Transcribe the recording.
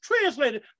translated